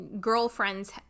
girlfriend's